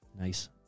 Nice